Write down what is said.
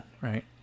right